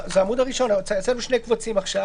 יחד